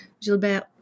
Gilbert